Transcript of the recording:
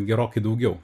gerokai daugiau